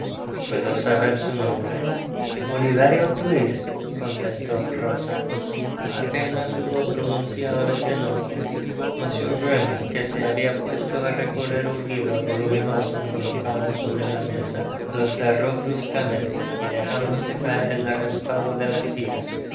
puedo saber su nombre s oliverio twist contestó llosa apenas hubo pronunciado este nombre j mr grimwig que se habia puesto á recorrer un libro voluminoso colocado sobre la mesa lo cerró bruscamente y dejándose caer en el respaldo de la silla